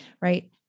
right